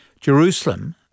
Jerusalem